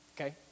Okay